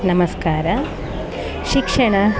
ನಮಸ್ಕಾರ ಶಿಕ್ಷಣ